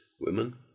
women